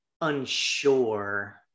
unsure